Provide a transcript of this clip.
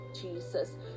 Jesus